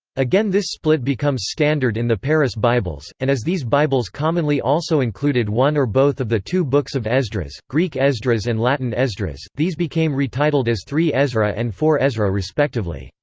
again this split becomes standard in the paris bibles and as these bibles commonly also included one or both of the two books of esdras greek esdras and latin esdras these became retitled as three ezra and four ezra respectively.